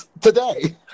today